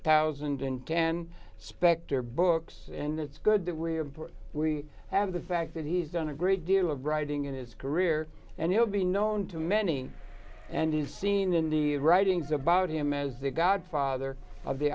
thousand and ten spector books and it's good that we have we have the fact that he's done a great deal of writing in his career and he'll be known to many and he's seen in the writings about him as the godfather of the